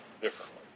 differently